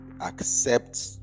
accept